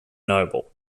noble